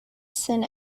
sin